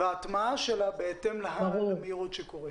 וההטמעה שלה בהתאם למהירות שקורית.